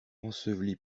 ensevelie